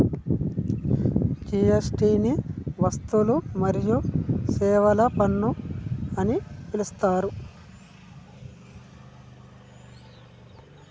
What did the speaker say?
GST ని వస్తువులు మరియు సేవల పన్ను అని పిలుత్తారు